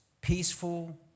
peaceful